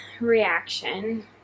reaction